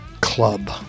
club